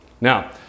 now